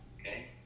okay